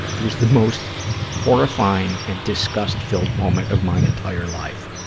it was the most horrifying and disgust-filled moment of my entire life.